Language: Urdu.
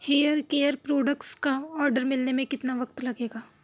ہیئر کیئر پروڈکٹس کا آڈر ملنے میں کتنا وقت لگے گا